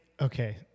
okay